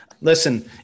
Listen